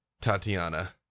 Tatiana